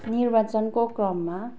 निर्वाचनको क्रममा